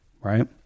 Right